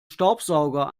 staubsauger